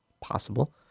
possible